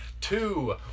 Two